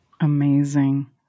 Amazing